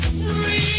free